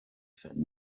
phen